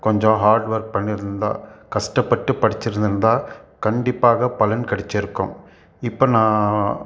கொஞ்சம் hard work பண்ணியிருந்தால் கஷ்டப்பட்டு படிச்சிருந்திருந்தா கண்டிப்பாக பலன் கிடைச்சிருக்கும் இப்போ நான்